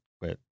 quit